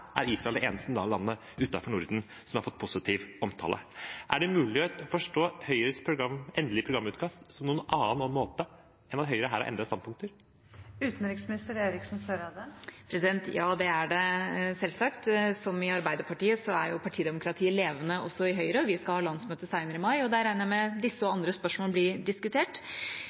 er Israel det eneste landet utenom Norden som har fått positiv omtale. Er det mulig å forstå Høyres endelige programutkast på noen annen måte enn at Høyre her har endret standpunkter? Ja, det er det selvsagt. Som i Arbeiderpartiet er jo partidemokratiet levende også i Høyre. Vi skal ha landsmøte senere, i mai, og da regner jeg med at disse og andre spørsmål blir diskutert.